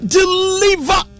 deliver